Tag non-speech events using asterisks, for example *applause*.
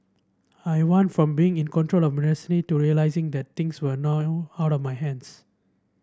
I went from being in control of my destiny to realising that things were *unintelligible* out of my hands